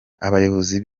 abayobozi